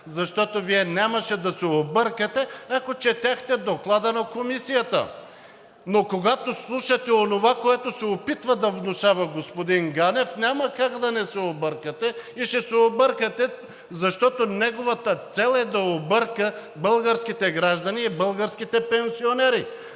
защото Вие нямаше да се объркате, ако четяхте Доклада на Комисията. Но когато слушате онова, което се опитва да внушава господин Ганев, няма как да не се объркате и ще се объркате, защото неговата цел е да обърка българските граждани и българските пенсионери.